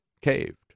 caved